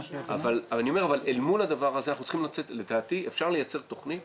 אל מול הדבר הזה אפשר לייצר תוכנית